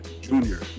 Junior